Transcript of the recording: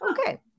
Okay